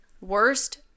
Worst